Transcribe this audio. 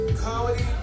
Comedy